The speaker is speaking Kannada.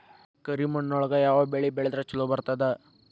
ಕರಿಮಣ್ಣೊಳಗ ಯಾವ ಬೆಳಿ ಬೆಳದ್ರ ಛಲೋ ಬರ್ತದ?